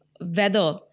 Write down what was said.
weather